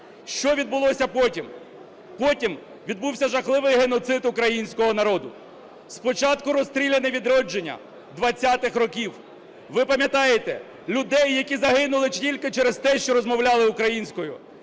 Що відбулося потім? Потім відбувся жахливий геноцид українського народу. Спочатку "Розстріляне відродження" 20-х років. Ви пам'ятаєте людей, які загинули тільки через те, що розмовляли українською.